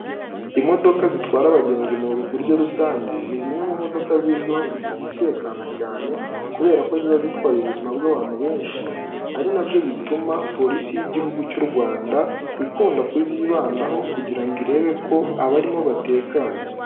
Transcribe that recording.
Imodoka zitwara abagenzi mu buryo rusange ni zimwe mu modoka zizwiho kugira umutekano cyane kubera ko ziba zitwaye ubuzima bw'abantu benshi ari nabyo bituma polisi y'igihugu cy'u Rwanda ikunda kuzibandaho kugira ngo irebe ko abarimo batekanye.